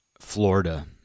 Florida